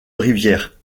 rivière